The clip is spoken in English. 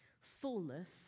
fullness